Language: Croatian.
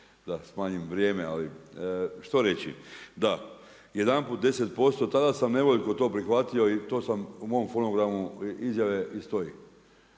da smanjim vrijeme, ali što reći. Da, jedanput 10%, tada sam nevoljko to prihvatio i to sam u mom fonogramu izjave i stoji.